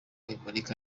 imurika